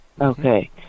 Okay